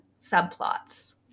subplots